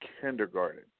kindergarten